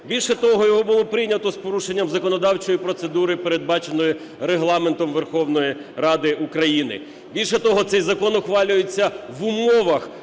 Більше того, його було прийнято з порушенням законодавчої процедури передбаченої Регламентом Верховної Ради України. Більше того, цей закон ухвалюється в умовах,